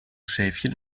schäfchen